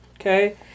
okay